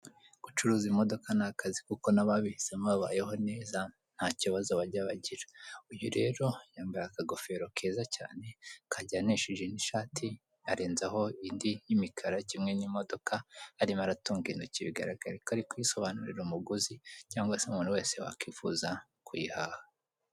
Gucuruza imodoka n'akazi kuko n'ababihisemo babayeho neza nta kibazo bajya bagira, uyu rero yambaye akagofero keza cyane ukajya nisheje n'ishati arenzaho ind'imikara kimwe n'imodoka arimara aratunga intoki bigaragara ko ari kwiyisobanurira umugozi cyangwa se umuntu wese wakwifuza kuyihaha.